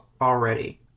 already